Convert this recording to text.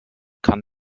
kann